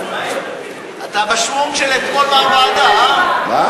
אתמול בוועידה, אה?